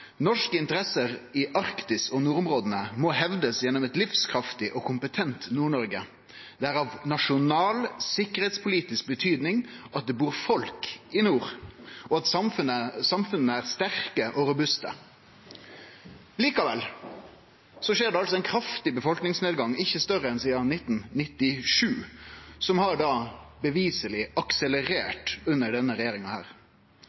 interesser i Arktis og nordområdene må hevdes gjennom et livskraftig og kompetent Nord-Norge. Det er av nasjonal, sikkerhetspolitisk betydning at det bor folk i nord, og at samfunnene er sterke og robuste.» Likevel skjer det altså ein kraftig befolkningsnedgang som ikkje har vore større sidan 1997, og som beviseleg har